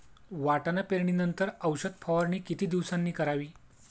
वाटाणा पेरणी नंतर औषध फवारणी किती दिवसांनी करावी?